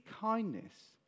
kindness